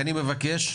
אני מבקש,